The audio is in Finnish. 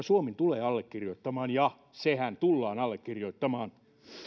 suomi tulee allekirjoittamaan ja sehän tullaan allekirjoittamaan